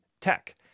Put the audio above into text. tech